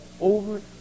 over